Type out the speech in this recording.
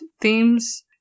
themes